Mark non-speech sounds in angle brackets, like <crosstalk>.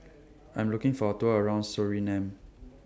<noise> I'm looking For A Tour around Suriname